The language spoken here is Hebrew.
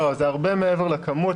לא, זה הרבה מעבר לכמות.